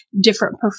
different